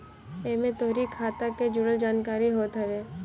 एमे तोहरी खाता के जुड़ल जानकारी होत हवे